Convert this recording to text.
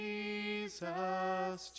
Jesus